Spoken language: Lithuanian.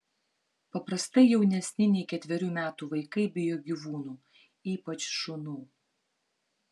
paprastai jaunesni nei ketverių metų vaikai bijo gyvūnų ypač šunų